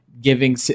Giving